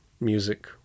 Music